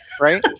Right